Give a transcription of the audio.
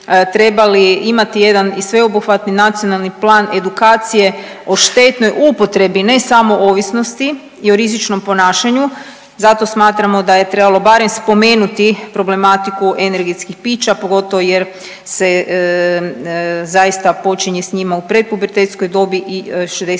trebali imati jedan i sveobuhvatni nacionalni plan edukacije o štetnoj upotrebi, ne samo ovisnosti i o rizičnom ponašanju, zato smatramo da je trebalo barem spomenuti problematiku energetskih pića, pogotovo jer se zaista počinje s njima u predpubertetskoj dobi i 61%